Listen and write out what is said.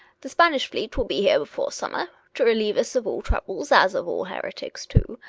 the spanish fleet will be here before summer to relieve us of all troubles, as of all heretics, too.